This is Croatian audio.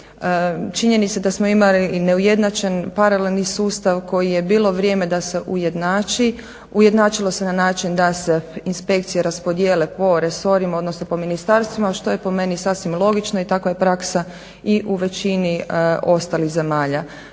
Činjenica da smo imali i neujednačen paralelni sustav koji je bilo vrijeme da se ujednači, ujednačilo se način da se inspekcije raspodjele po resorima odnosno po ministarstvima što je po meni sasvim logično i takva je praksa i u većini ostalih zemalja.